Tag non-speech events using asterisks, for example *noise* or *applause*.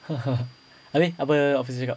*laughs* I mean apa office cakap